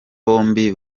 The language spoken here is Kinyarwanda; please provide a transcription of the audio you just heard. bombi